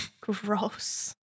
Gross